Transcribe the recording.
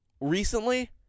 recently